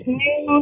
new